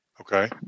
Okay